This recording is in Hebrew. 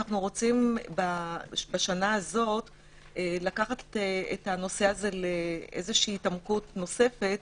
אנחנו רוצים השנה לקחת את הנושא להתעמקות נוספת.